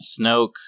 Snoke